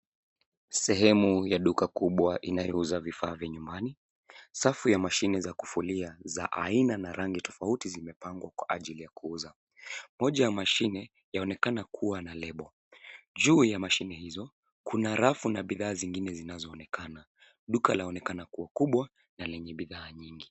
Sehemu ya duka kubwa inayouza vifaa vya nyumbani. Safu ya mashine za kufulia za aina na rangi tofauti zimepangwa kwa ajili ya kuuza. Moja ya mashini yaonekene kuwa na lebo. Juu ya mashine hizo kuna rafu na bidhaa zingine zinazoonekana. Duka laonekana kuwa kubwa na lenye bidhaa nyingi.